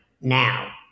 now